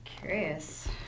curious